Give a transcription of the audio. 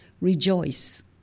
Rejoice